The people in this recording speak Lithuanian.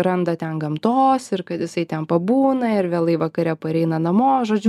randa ten gamtos ir kad jisai ten pabūna ir vėlai vakare pareina namo žodžiu